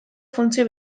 funtzio